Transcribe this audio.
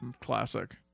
Classic